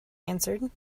answered